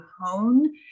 hone